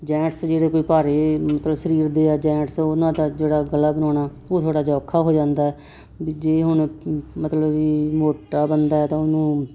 gents ਜਿਹੜੇ ਕੋਈ ਭਾਰੇ ਮਤਲਵ ਸਰੀਰ ਦੇ ਆ ਜੈਂਟਸ ਉਹਨਾਂ ਦਾ ਜਿਹੜਾ ਗਲਾ ਬਣਾਉਣਾ ਉਹ ਥੋੜ੍ਹਾ ਜਿਹਾ ਔਖਾ ਹੋ ਜਾਂਦਾ ਵੀ ਜੇ ਹੁਣ ਮਤਲਬ ਵੀ ਮੋਟਾ ਬੰਦਾ ਤਾਂ ਉਹਨੂੰ